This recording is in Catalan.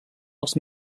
els